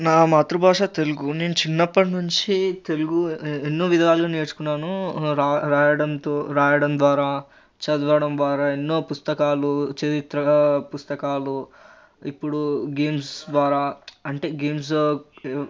నా మాతృభాష తెలుగు నేను చిన్నప్పటినుండి తెలుగు ఏ ఎన్నో విధాలు నేర్చుకున్నాను రా రాయడంతో రాయడం ద్వారా చదవడం ద్వారా ఎన్నో పుస్తకాలు చరిత్ర పుస్తకాలు ఇప్పుడూ గేమ్స్ ద్వారా అంటే గేమ్స్